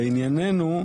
לעניינינו,